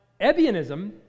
Ebionism